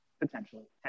potentially